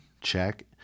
check